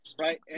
Right